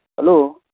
hello